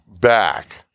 back